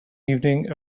evening